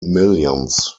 millions